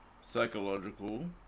psychological